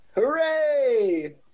Hooray